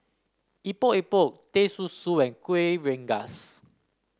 Epok Epok Teh Susu and Kuih Rengas